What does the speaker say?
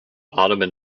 ottoman